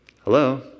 Hello